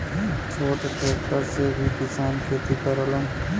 छोट ट्रेक्टर से भी किसान खेती करलन